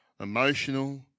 emotional